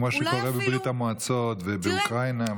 כמו שקורה בברית המועצות ובאוקראינה ובכל מקום.